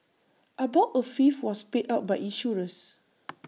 about A fifth was paid out by insurers